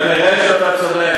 נראה שאתה צודק.